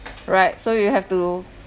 right so you have to